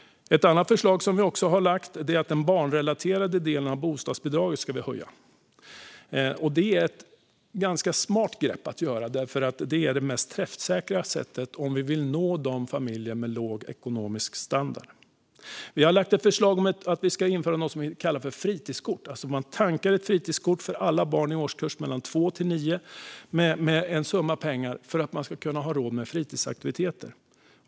Ett annat förslag som vi också har lagt fram är att den barnrelaterade delen av bostadsbidraget ska höjas. Det är ett ganska smart grepp att göra det. Det är det mest träffsäkra sättet om vi vill nå familjer med låg ekonomisk standard. Vi har lagt fram förslag om att införa något som kallas för fritidskort. Man tankar ett fritidskort för alla barn i årskurs 2-9 med en summa pengar för att man ska kunna ha råd med fritidsaktiviteter.